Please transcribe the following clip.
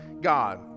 God